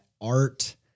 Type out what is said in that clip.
art